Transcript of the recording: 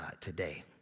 today